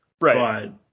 right